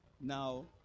Now